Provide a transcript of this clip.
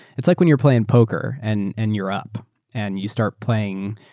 it's like when you're playing poker and and you're up and you start playing.